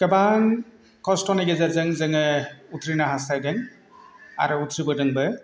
गोबां खस्थ'नि गेजेरजों जोङो उथ्रिनो हास्थायदों आरो उथ्रिबोदोंबो